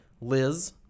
Liz